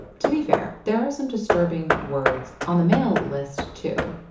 to be fair, there are some disturbing words on the male list, too.